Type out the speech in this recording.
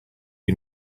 you